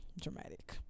dramatic